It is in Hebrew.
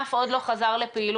הענף עוד לא חזר לפעילות,